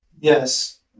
Yes